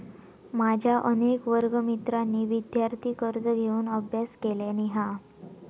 माझ्या अनेक वर्गमित्रांनी विदयार्थी कर्ज घेऊन अभ्यास केलानी हा